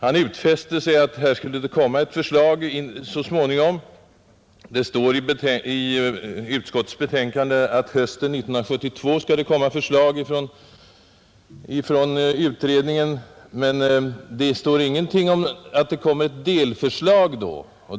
Herr Wennerfors förklarade att alkoholpolitiska utredningen så småningom kommer att presentera ett förslag, och det står också i skatteutskottets förevarande betänkande att utredningen avser att framlägga förslag i frågan hösten 1972. Men det står ingenting om huruvida det förslaget blir ett delförslag eller inte.